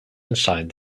inside